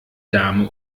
dame